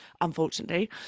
unfortunately